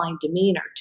demeanor